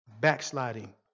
backsliding